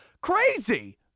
crazy